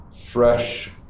fresh